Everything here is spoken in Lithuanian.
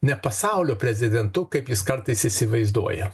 ne pasaulio prezidentu kaip jis kartais įsivaizduoja